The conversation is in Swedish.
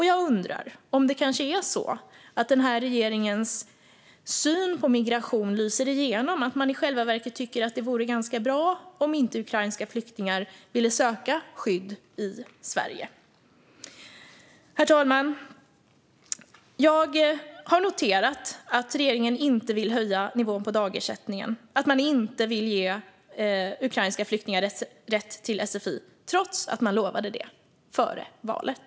Jag undrar om det kanske är så att den här regeringens syn på migration lyser igenom, att man i själva verket tycker att det vore ganska bra om inte ukrainska flyktingar ville söka skydd i Sverige. Herr talman! Jag har noterat att regeringen inte vill höja nivån på dagersättningen och inte vill ge ukrainska flyktingar rätt till sfi, trots att man lovade det före valet.